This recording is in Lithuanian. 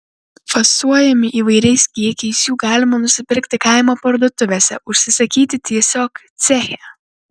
fasuojami įvairiais kiekiais jų galima nusipirkti kaimo parduotuvėse užsisakyti tiesiog ceche